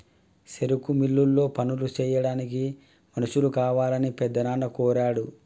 సెరుకు మిల్లులో పనులు సెయ్యాడానికి మనుషులు కావాలని పెద్దనాన్న కోరాడు